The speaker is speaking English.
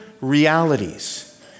realities